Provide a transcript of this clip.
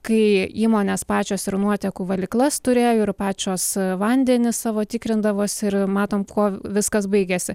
kai įmonės pačios ir nuotekų valyklas turėjo ir pačios vandenį savo tikrindavosi ir matom kuo viskas baigėsi